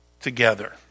together